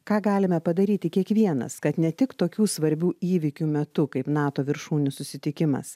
ką galime padaryti kiekvienas kad ne tik tokių svarbių įvykių metu kaip nato viršūnių susitikimas